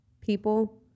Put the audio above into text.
people